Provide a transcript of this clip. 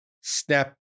snap